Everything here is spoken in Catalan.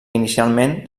inicialment